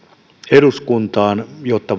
eduskuntaan jotta